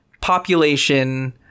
population